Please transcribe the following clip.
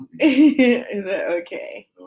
Okay